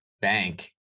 bank